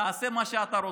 תעשה מה שאתה רוצה.